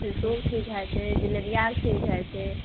सिसोके ठीक हइ छै जिलेबियाके ठीक हइ छै